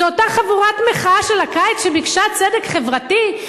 זו אותה חבורת מחאה של הקיץ שביקשה צדק חברתי,